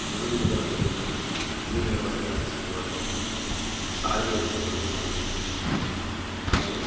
ಮೊದಲಿಗೆ ಜನರಿಗೆ ನೀರಿನ ವ್ಯವಸ್ಥೆ ತಲುಪಿಸಲಿಕ್ಕೆ ವ್ಯವಸ್ಥೆ ಮಾಡಬೇಕು ಸಾರಿಗೆ ವ್ಯವಸ್ಥೆ ತಲುಪಿಸಿ ಕೊಡಬೇಕು ಹಾಗೆಯೇ